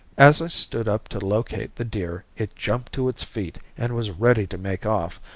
as i stood up to locate the deer it jumped to its feet and was ready to make off,